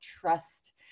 trust